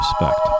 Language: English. respect